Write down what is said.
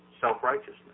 self-righteousness